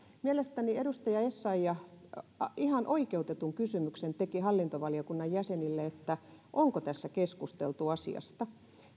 mielestäni edustaja essayah teki ihan oikeutetun kysymyksen hallintovaliokunnan jäsenille onko tässä keskusteltu asiasta